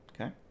Okay